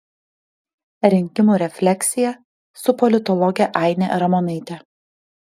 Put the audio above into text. rinkimų refleksija su politologe aine ramonaite